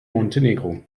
montenegro